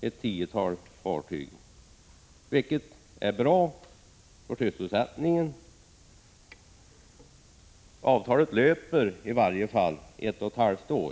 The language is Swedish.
ett tiotal fartyg, vilket är bra för sysselsättningen. Avtalet löper till att börja med ett och ett halvt år.